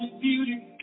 beauty